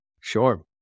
Sure